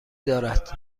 دارد